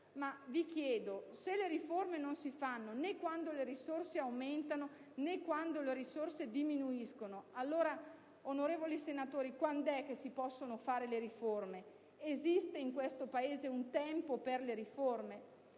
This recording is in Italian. vi chiedo: se le riforme non si fanno né quando le risorse aumentano né quando le risorse diminuiscono, allora, onorevoli senatori, quando si possono fare? Esiste in questo Paese un tempo per le riforme?